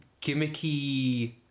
gimmicky